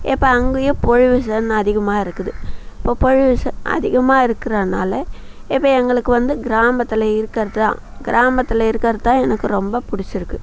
இப்போ அங்கேயும் பொல்யூஷன் அதிகமாக இருக்குது இப்போ பொல்யூஷன் அதிகமாக இருக்கிறதனால இப்போ எங்களுக்கு வந்து கிராமத்தில் இருக்கிறது தான் கிராமத்தில் இருக்கிறது தான் எனக்கு ரொம்ப பிடிச்சிருக்கு